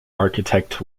architect